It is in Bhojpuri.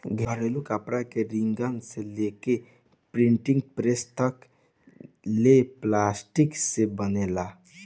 घरेलू कपड़ा के रिंगर से लेके प्रिंटिंग प्रेस तक ले प्लास्टिक से बनेला